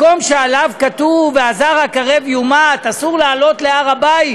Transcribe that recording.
מקום שעליו כתוב "והזר הקרב יומת" אסור לעלות להר-הבית,